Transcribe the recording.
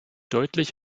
deutlich